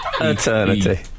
Eternity